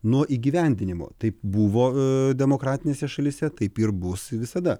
nuo įgyvendinimo taip buvo demokratinėse šalyse taip ir bus visada